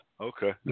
Okay